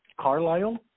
Carlisle